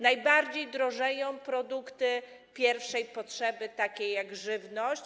Najbardziej drożeją produkty pierwszej potrzeby, takie jak żywność.